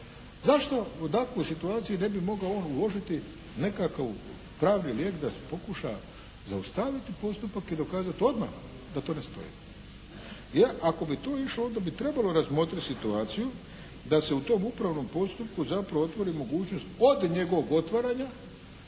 zašto u takvoj situaciji ne bi mogao on uložiti nekakav pravni lijek da se pokuša zaustaviti postupak i dokazati odmah da to ne stoji. Jer ako bi to išlo onda bi trebalo razmotriti situaciju da se u tom upravnom postupku zapravo otvori mogućnost od njegovog otvaranja